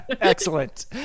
Excellent